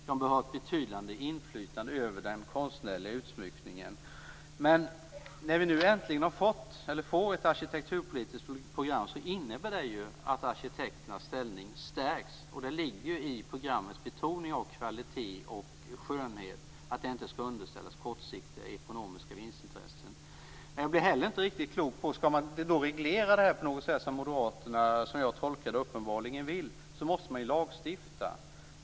De bör ha ett betydande inflytande över den konstnärliga utsmyckningen. Att vi nu äntligen får ett arkitekturpolitiskt program innebär att arkitekternas ställning stärks. Det ligger i programmets betoning av kvaliteten och skönheten att det här inte skall underställas kortsiktiga ekonomiska vinstintressen. Jag blir inte riktigt klok på vad som menas. Skall man reglera det här på något sätt, det är vad moderaterna enligt min tolkning uppenbarligen vill, måste det till lagstiftning.